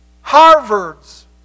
Harvard's